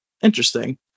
Interesting